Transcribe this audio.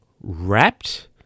wrapped